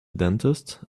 dentist